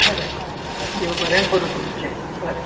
बरें देव बरें करूं तुमचें